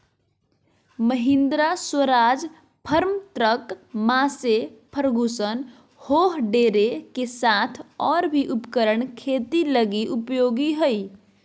Mahindra, Swaraj, Farmtrac, Massey Ferguson John Deere के साथ और भी उपकरण खेती लगी उपयोगी हइ